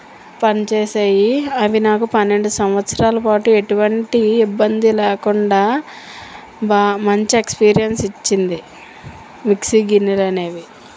పని చేసాయి అవి నాకు పన్నెండు సంవత్సరాలు ఎటువంటి ఇబ్బంది లేకుండా బాగా మంచి ఎక్స్పీరియన్స్ ఇచ్చింది మిక్సీ గిన్నెలు అనేవి